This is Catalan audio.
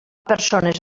persones